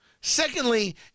Secondly